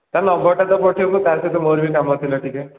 ତା ନମ୍ବରଟା ତ ପଠାଇବୁ ତା'ସହିତ ମୋର ବି କାମ ଥିଲା ଟିକେ